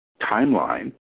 timeline